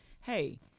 hey